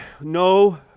no